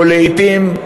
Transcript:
ולעתים,